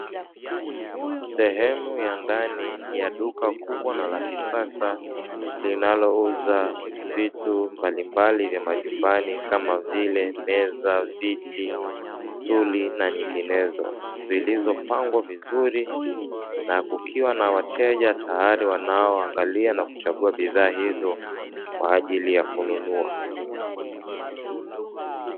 Sehemu ya ndani ya duka kubwa na la kisasa linalouza vitu mbalimbali vya majumbani kama vile: meza, viti, stuli na nyinginezo; zilizopangwa vizuri na kukiwa na wateja tayari wanaoangalia na kuchagua bidhaa hizo kwa ajili ya kununua.